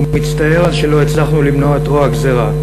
ומצטער על שלא הצלחנו למנוע את רוע הגזירה.